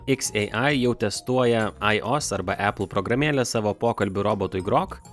xai jau testuoja ai os arba apple programėlę savo pokalbių robotui grok